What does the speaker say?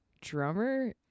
drummer